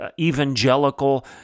evangelical